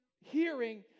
hearing